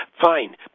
fine